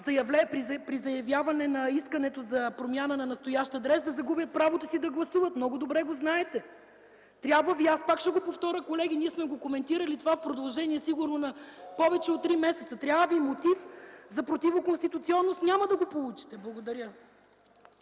при заявяване на искането за промяна на настоящ адрес, да загубят правото си да гласуват? Много добре го знаете. Пак ще го повторя, колеги, ние сме го коментирали това в продължение сигурно на повече от три месеца – трябва ви мотив за противоконституционност, няма да го получите. Благодаря.